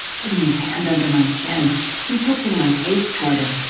putting his hand under my chin and tilting my face toward him.